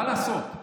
מה לעשות,